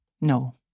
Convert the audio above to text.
No